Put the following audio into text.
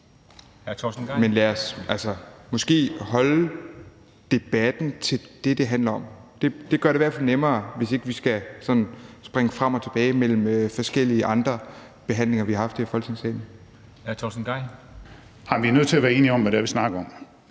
kunne måske holde debatten til det, det handler om. Det gør det i hvert fald nemmere, så vi ikke sådan skal springe frem og tilbage mellem forskellige andre behandlinger, vi har haft her i Folketingssalen. Kl. 17:38 Formanden (Henrik Dam